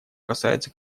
касается